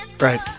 right